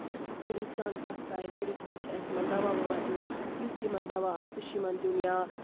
طریٖقہٕ سان کَتھ کَرٕنۍ طریٖقہٕ سان چھُ اَسہِ یِمن دوا وَوا دیُن یُس تہِ یِمن دوا آسہِ سُہ چھُ یِمن دیُن یا